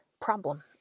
problem